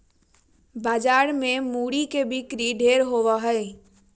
बाजार मे मूरी के बिक्री ढेर होवो हय